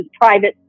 private